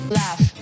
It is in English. laugh